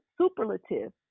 superlative